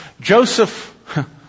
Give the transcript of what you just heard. Joseph